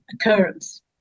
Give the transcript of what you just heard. occurrence